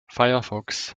firefox